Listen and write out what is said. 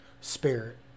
spirit